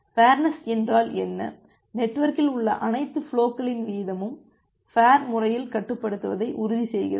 fairness என்றால் என்ன நெட்வொர்க்கில் உள்ள அனைத்து ஃபுலோகளின் வீதமும் ஃபேர் முறையில் கட்டுப்படுத்தப்படுவதை உறுதி செய்கிறது